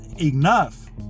enough